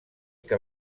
que